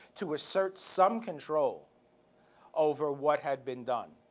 to assert some control over what had been done.